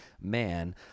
man